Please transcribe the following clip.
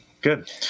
Good